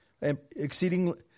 exceedingly